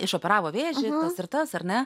išoperavo vėžį ir tas ar ne